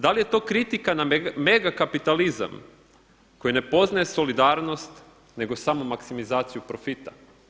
Da li je to kritika na megakapitalizam koji ne poznaje solidarnost nego samo maksimizaciju profita?